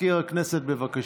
מזכיר הכנסת, בבקשה.